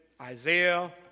Isaiah